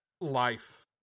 life